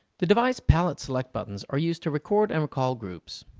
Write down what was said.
the device palette select buttons are used to record and recall groups.